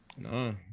No